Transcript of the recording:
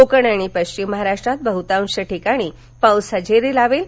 कोकण आणि पश्चीम महाराष्ट्रात बहुतांश ठिकाणी पाऊस हजेरी लावेल